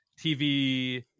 tv